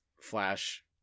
Flash